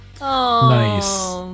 Nice